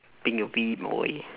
boy